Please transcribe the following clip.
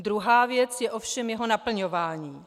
Druhá věc je ovšem jeho naplňování.